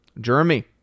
Jeremy